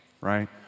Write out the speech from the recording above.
Right